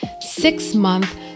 six-month